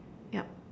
yup